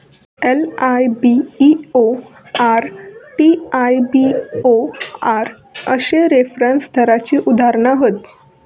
LIBOR, TIBOR अश्ये reference दराची उदाहरणा हत